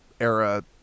era